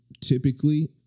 typically